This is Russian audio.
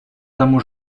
тому